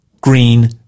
green